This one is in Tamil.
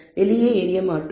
அதாவது வெளியே எறிய மாட்டோம்